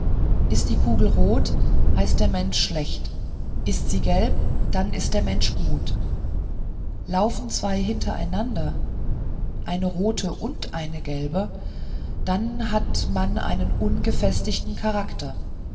ist die kugel rot heißt der mensch schlecht ist sie gelb dann ist der mensch gut laufen zwei hintereinander eine rote und eine gelbe dann hat man einen ungefestigten charakter